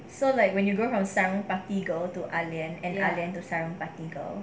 so like when you go on some party girl to ah lian and ah lian to some party girl